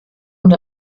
und